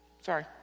Sorry